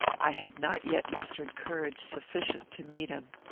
i had not yet mustered courage sufficient to meet him.